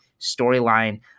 storyline